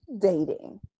dating